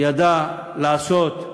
וידע לעשות,